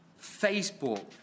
Facebook